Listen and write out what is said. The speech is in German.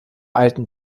alten